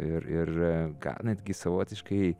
ir ir gal netgi savotiškai